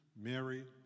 Mary